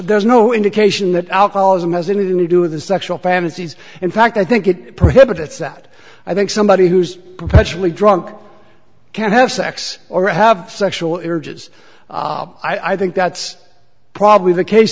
there's no indication that alcoholism has anything to do with the sexual fantasies in fact i think it prohibits that i think somebody who's perpetually drunk can't have sex or have sexual images i think that's probably the case